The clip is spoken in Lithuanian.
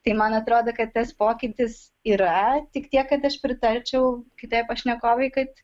tai man atrodo kad tas pokytis yra tik tiek kad aš pritarčiau kitai pašnekovei kad